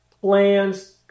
Plans